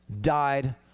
died